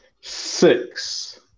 six